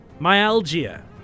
myalgia